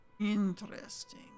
Interesting